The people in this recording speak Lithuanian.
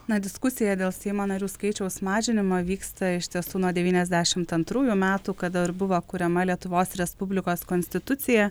na diskusija dėl seimo narių skaičiaus mažinimo vyksta iš tiesų nuo devyniasdešimt antrųjų metų kada ir buvo kuriama lietuvos respublikos konstitucija